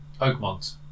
Oakmont